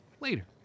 Later